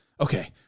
okay